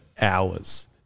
hours